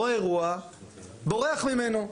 רואה אירוע ובורח ממנו.